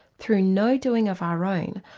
through no doing of our own,